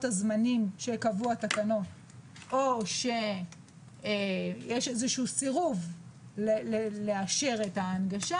הזמנים שקבעו התקנות או שיש איזשהו סירוב לאשר את ההנגשה,